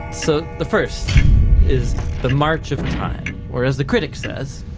so the first is the march of time whereas the critic says